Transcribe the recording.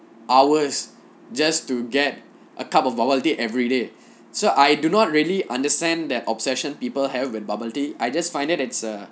hours just to get a cup of bubble tea every day so I do not really understand that obsession people have with bubble tea I just find it it's a